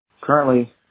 Currently